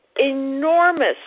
enormous